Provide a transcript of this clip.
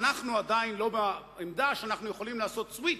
אנחנו עדיין לא בעמדה שאנחנו יכולים לעשות סוויץ'